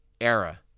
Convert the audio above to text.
era